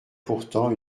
pourtant